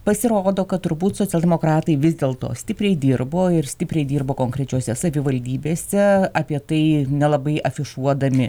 pasirodo kad turbūt socialdemokratai vis dėl to stipriai dirbo ir stipriai dirbo konkrečiose savivaldybėse apie tai nelabai afišuodami